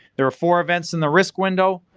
there were four events in the risk window,